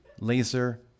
Laser